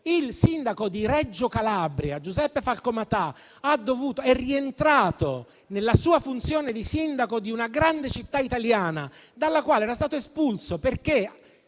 del sindaco di Reggio Calabria, Giuseppe Falcomatà. Egli è rientrato nella sua funzione di sindaco di una grande città italiana dalla quale era stato espulso perché